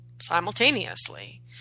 simultaneously